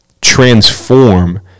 transform